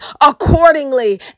accordingly